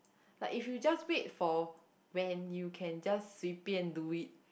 like if you just wait for when you can just 随便 do it